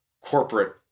corporate